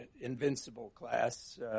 Invincible-class